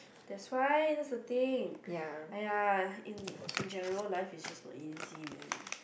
that's why that's the thing !aiya! in in general life is just not easy man